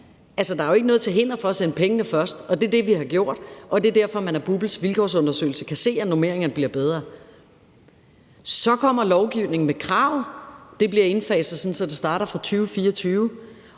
Der er jo ikke noget til hinder for at sende pengene først, og det er det, vi har gjort. Og det er derfor, at man af BUPL's vilkårsundersøgelse kan se, at normeringerne bliver bedre. Så kommer lovgivningen med krav. Det bliver indfaset, så det starter fra 2024.